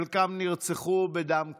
חלקם נרצחו בדם קר,